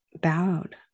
bowed